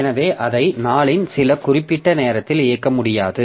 எனவே அதை நாளின் சில குறிப்பிட்ட நேரத்தில் இயக்க முடியாது